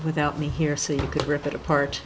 without me here so you could rip it apart